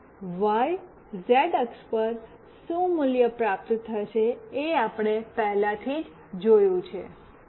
x Y Z અક્ષ પર શું મૂલ્ય પ્રાપ્ત થશે એ આપણે પહેલાથી જ જોયું છે